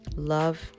love